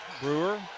Brewer